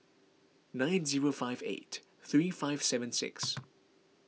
nine zero five eight three five seven six